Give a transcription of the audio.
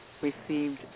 received